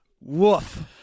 Woof